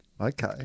okay